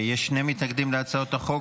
יש שני מתנגדים להצעות החוק.